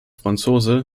franzose